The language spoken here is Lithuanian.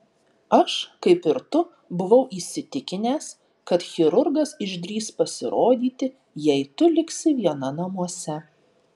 aš kaip ir tu buvau įsitikinęs kad chirurgas išdrįs pasirodyti jei tu liksi viena namuose